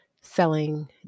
selling